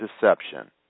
deception